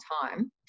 time